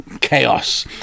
chaos